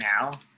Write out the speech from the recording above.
now